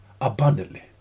abundantly